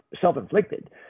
self-inflicted